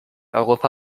europa